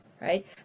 right